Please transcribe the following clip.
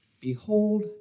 Behold